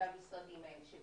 במשרדים האלה,